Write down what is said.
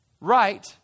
right